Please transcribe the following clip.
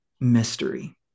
mystery